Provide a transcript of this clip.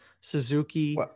Suzuki